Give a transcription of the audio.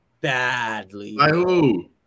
badly